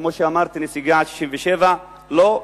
כמו שאמרתי: נסיגה לקווי 67' לא,